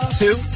two